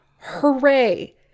Hooray